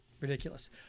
Ridiculous